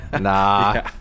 Nah